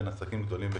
בין עסקים גדולים וקטנים.